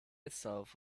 itself